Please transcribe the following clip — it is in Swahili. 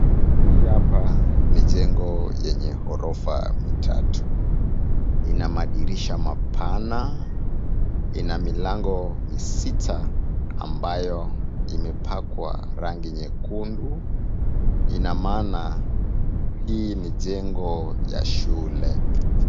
Hii hapa ni jengo yenye orofa tatu, ina mandirisha mapana, ina milango misita ambayo imepakwa rangi nyekundu, ina maana hii ni jengo ya shule.